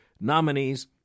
nominees